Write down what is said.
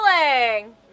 Rolling